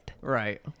right